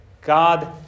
God